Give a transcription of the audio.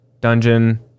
dungeon